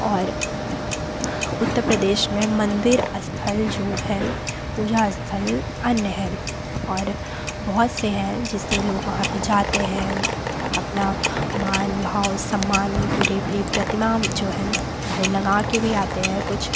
और उत्तर प्रदेश में मंदिर स्थल जो है पूजा स्थल अन्य हैं और बहुत से हैं जैसे लोग वहाँ पर जाते हैं अपना मान भाव सम्मान पूरी अपनी प्रतिमा जो है भाई लगाकर भी आते हैं कुछ